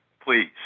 please